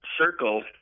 circle